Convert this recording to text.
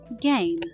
Game